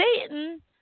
Satan